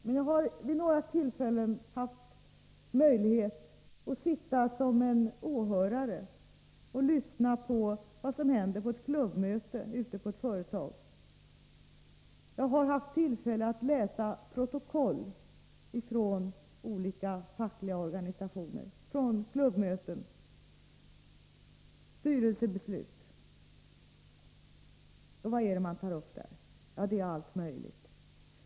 Men jag har vid några tillfällen haft möjlighet att sitta som åhörare och lyssna på vad som händer på ett klubbmöte ute på ett företag. Jag har också haft tillfälle att läsa styrelseprotokoll från klubbmöten i olika fackliga organisationer. Vad är det som tas upp på dessa styrelsemöten? Jo, allt möjligt.